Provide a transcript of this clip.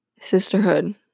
sisterhood